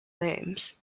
names